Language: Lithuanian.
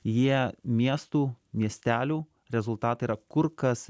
jie miestų miestelių rezultatai yra kur kas